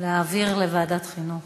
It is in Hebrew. להעביר לוועדת החינוך.